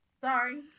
sorry